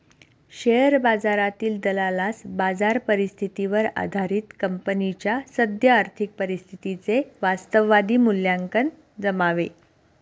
share बाजारातील दलालास बाजार परिस्थितीवर आधारित कंपनीच्या सद्य आर्थिक परिस्थितीचे वास्तववादी मूल्यांकन जमावे